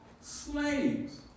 slaves